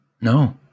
No